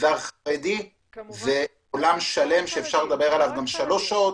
המגזר החרדי זה עולם שלם שאפשר לדבר עליו גם שלוש שעות.